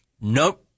nope